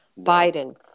biden